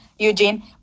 Eugene